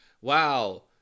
wow